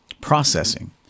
processing